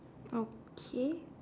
okay